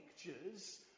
pictures